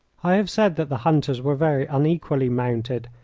i have said that the hunters were very unequally mounted,